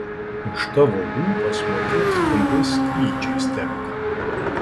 už tavo lūpas mokėt trumpais skrydžiais tenka